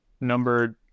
numbered